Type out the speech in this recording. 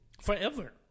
forever